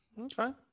Okay